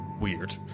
weird